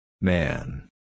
Man